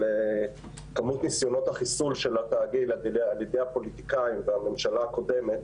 אבל כמות ניסיונות החיסול של התאגיד על ידי הפוליטיקאים והממשלה הקודמת,